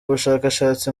bushakashatsi